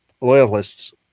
loyalists